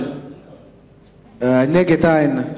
נגד, אין,